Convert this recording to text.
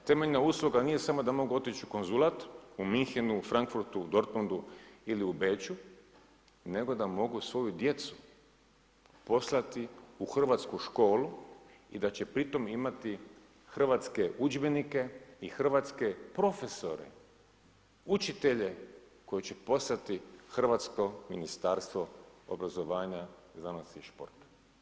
A temeljna usluga nije samo da mogu otići u konzulat, u Minchenu, Frankfurtu, Dortmuntu ili u Beču, nego da mogu svoju djecu poslati u hrvatsku školu i da će pri tom imati hrvatske udžbenike i hrvatske profesore, učitelje koje će poslati hrvatsko Ministarstvo obrazovanja, znanosti i športa.